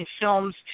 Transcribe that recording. films